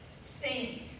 Sing